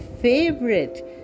favorite